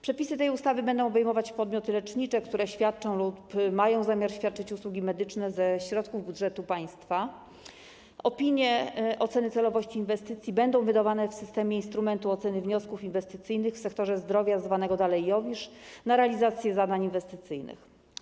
Przepisy tej ustawy będą obejmować podmioty lecznicze, które świadczą lub mają zamiar świadczyć usługi medyczne finansowane ze środków budżetu państwa - oceny celowości inwestycji będą wydawane w systemie Instrumentu Oceny Wniosków Inwestycyjnych w Sektorze Zdrowia, zwanym dalej IOWISZ - na realizację zadań inwestycyjnych.